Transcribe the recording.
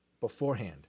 beforehand